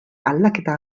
aldaketa